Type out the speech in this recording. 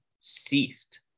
ceased